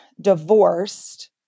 divorced